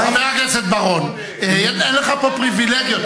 חבר הכנסת בר-און, אין לך פה פריווילגיות.